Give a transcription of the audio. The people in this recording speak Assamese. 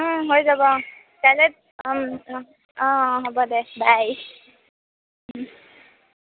হৈ যাব অঁ কাইলে অঁ অঁ হ'ব দে বাই